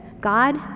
God